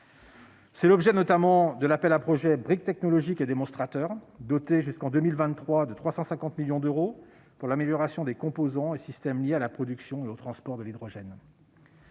l'objet, d'une part, de l'appel à projets Briques technologiques et démonstrateurs, doté, jusqu'en 2023, de 350 millions d'euros pour l'amélioration des composants et systèmes liés à la production et au transport de l'hydrogène